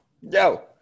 Yo